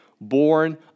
born